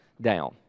down